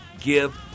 Give